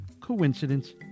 Coincidence